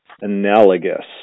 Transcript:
analogous